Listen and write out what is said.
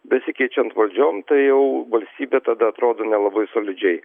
besikeičiant valdžiom tai jau valstybė tada atrodo nelabai solidžiai